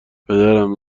پدرم